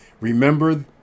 remember